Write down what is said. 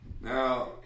Now